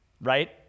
Right